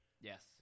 yes